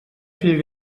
fill